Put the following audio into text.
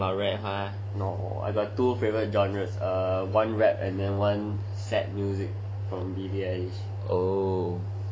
no I got two favourite genres err one rap and one sad music from billy eilish